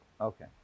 okay